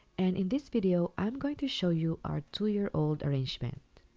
and in this video, i'm going to show you our two-year old arrangement.